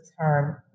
term